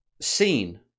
seen